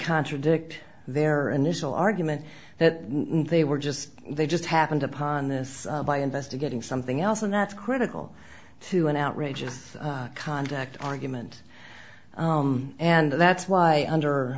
contradict their initial argument that they were just they just happened upon this by investigating something else and that's critical to an outrageous conduct argument and that's why under